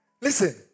Listen